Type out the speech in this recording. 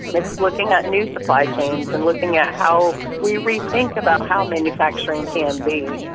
it's looking at new supply chains and looking at how we rethink about how manufacturing can be.